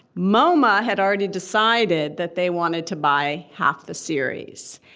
moma had already decided that they wanted to buy half the series,